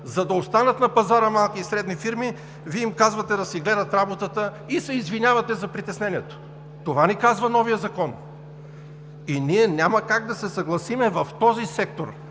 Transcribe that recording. за да останат на пазара малки и средни фирми, Вие им казвате да си гледат работата и се извинявате за притеснението. Това ни казва новият закон и ние няма как да се съгласим в този сектор